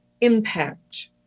impact